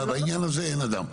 בעניין הזה אין אדם.